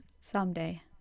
someday